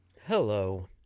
Hello